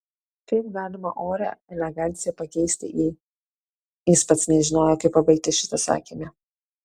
kaip galima orią eleganciją pakeisti į jis pats nežinojo kaip pabaigti šitą sakinį